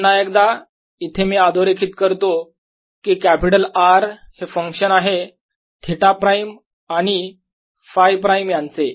पुन्हा एकदा येथे मी अधोरेखित करतो की कॅपिटल R हे फंक्शन आहे थिटा प्राईम आणि Φ प्राईम यांचे